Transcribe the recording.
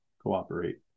cooperate